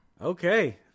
okay